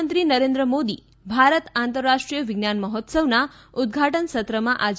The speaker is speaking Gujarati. પ્રધાનમંત્રી નરેન્દ્ર મોદી ભારત આંતરરાષ્ટ્રીય વિજ્ઞાન મહોત્સવના ઉદઘાટન સત્રમાં આજે